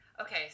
Okay